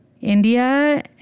India